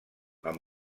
amb